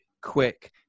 quick